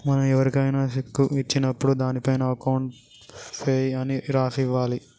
మనం ఎవరికైనా శెక్కు ఇచ్చినప్పుడు దానిపైన అకౌంట్ పేయీ అని రాసి ఇవ్వాలి